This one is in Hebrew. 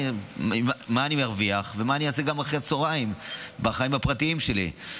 מה אני מרוויח ומה אני אעשה גם אחרי הצוהריים בחיים הפרטיים שלי.